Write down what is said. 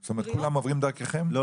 לא,